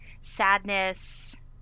sadness